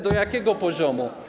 Do jakiego poziomu?